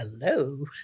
hello